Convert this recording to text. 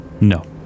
No